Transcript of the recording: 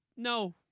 No